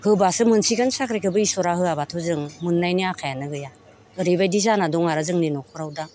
होबासो मोनसिगोन साख्रिखौबो इसोरा होयाबाथ' जों मोननायनि आसायानो गैया ओरैबायदि जाना दं आरो जोंनि न'खराव दा